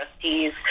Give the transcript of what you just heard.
trustees